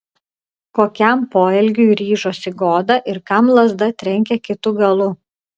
kokiam poelgiui ryžosi goda ir kam lazda trenkė kitu galu